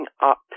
up